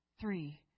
three